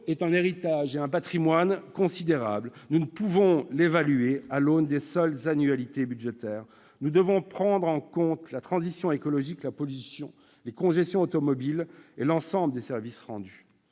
est un héritage et un patrimoine considérables ; nous ne pouvons l'évaluer à l'aune des seules annualités budgétaires. Nous devons prendre en compte la transition écologique, la pollution, les congestions automobiles et l'ensemble des services rendus.